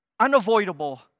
Unavoidable